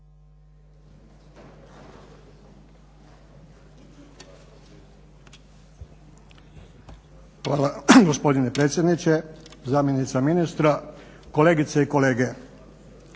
Hvala gospodine predsjedniče, zamjenice ministra, kolegice i kolege.